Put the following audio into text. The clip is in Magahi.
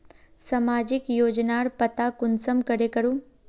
सामाजिक योजनार पता कुंसम करे करूम?